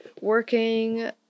working